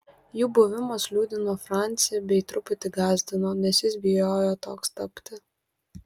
jų buvimas liūdino francį bei truputį gąsdino nes jis bijojo toks tapti